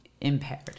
impaired